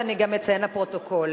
ואני גם אציין לפרוטוקול.